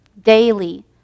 daily